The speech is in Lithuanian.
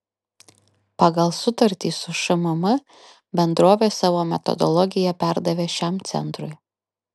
pagal sutartį su šmm bendrovė savo metodologiją perdavė šiam centrui